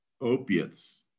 opiates